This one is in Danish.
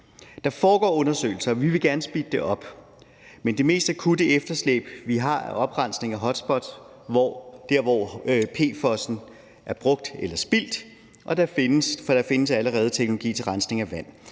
Der foregår undersøgelser, og vi vil gerne speede det op, men det mest akutte efterslæb, vi har, er oprensning af hotspots der, hvor PFOS'en er brugt eller spildt, for der findes allerede teknologi til rensning af vand,